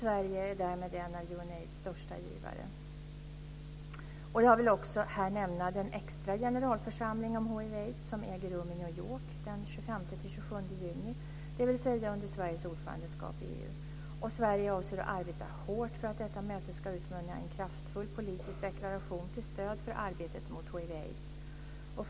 Sverige är därmed en av UNAIDS största givare. Jag vill här också nämna den extra generalförsamling om hiv aids.